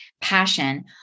passion